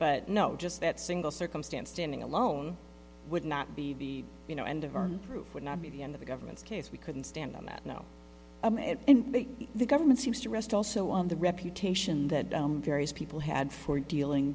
but no just that single circumstance standing alone would not be the you know end of our proof would not be the end of the government's case we couldn't stand on that no and the government seems to rest also on the reputation that various people had for dealing